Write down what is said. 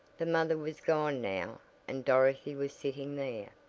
the mother was gone now and dorothy was sitting there.